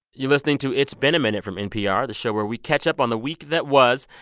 you're listening to it's been a minute from npr, the show where we catch up on the week that was.